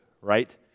right